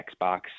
Xbox